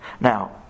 Now